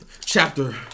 Chapter